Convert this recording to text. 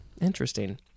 interesting